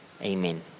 Amen